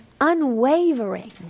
unwavering